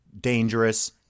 dangerous